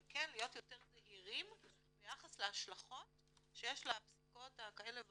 אבל כן להיות יותר זהירים ביחס להשלכות שיש לפסיקות כאלה ואחרות,